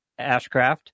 ashcraft